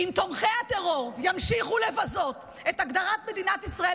שאם תומכי הטרור ימשיכו לבזות את הגדרת מדינת ישראל